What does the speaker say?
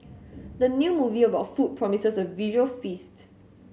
the new movie about food promises a visual feast